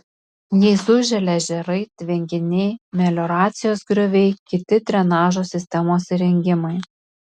jais užželia ežerai tvenkiniai melioracijos grioviai kiti drenažo sistemos įrengimai